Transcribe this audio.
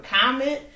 Comment